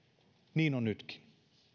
niin on nytkin